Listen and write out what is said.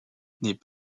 n’est